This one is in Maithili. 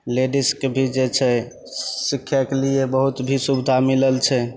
लेडिजके भी जे छै सिखैके लिए भी बहुत सुविधा मिलल छै